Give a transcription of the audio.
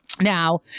Now